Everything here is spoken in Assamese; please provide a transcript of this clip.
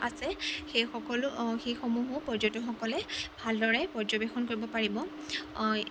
আছে সেইসকলে সেইসমূহো পৰ্যটকসকলে ভালদৰে পৰ্যবেক্ষণ কৰিব পাৰিব